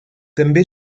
també